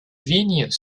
vignes